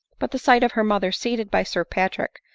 but the sight of her mother seated by sir patrick,